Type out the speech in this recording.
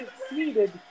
succeeded